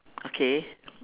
okay